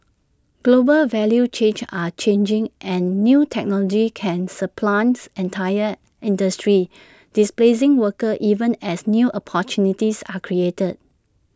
global value chains are changing and new technologies can supplants entire industries displacing workers even as new opportunities are created